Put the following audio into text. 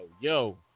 yo